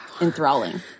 enthralling